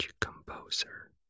composer